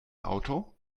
auto